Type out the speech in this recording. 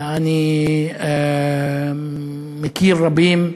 אני מכיר רבים,